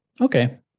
Okay